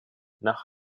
nach